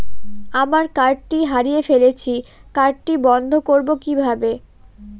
আমার কার্ডটি হারিয়ে ফেলেছি কার্ডটি বন্ধ করব কিভাবে?